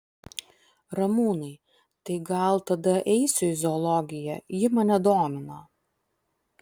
ramūnai tai gal tada eisiu į zoologiją ji mane domina